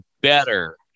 better